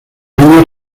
años